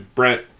Brent